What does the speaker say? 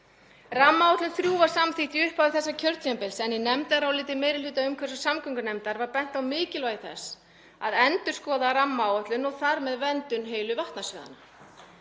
Rammaáætlun 3 var samþykkt í upphafi þessa kjörtímabils en í nefndaráliti meiri hluta umhverfis- og samgöngunefndar var bent á mikilvægi þess að endurskoða rammaáætlun og þar með verndun heilu vatnasviðanna.